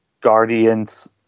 Guardians